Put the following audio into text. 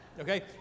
okay